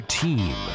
team